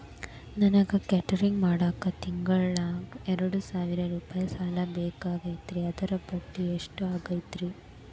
ನನಗ ಕೇಟರಿಂಗ್ ಮಾಡಾಕ್ ತಿಂಗಳಾ ಎರಡು ಸಾವಿರ ರೂಪಾಯಿ ಸಾಲ ಬೇಕಾಗೈತರಿ ಅದರ ಬಡ್ಡಿ ಎಷ್ಟ ಆಗತೈತ್ರಿ?